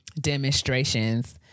demonstrations